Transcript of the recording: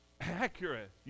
accurate